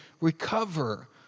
recover